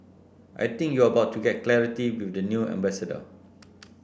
I think you are about to get clarity with the new ambassador